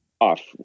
off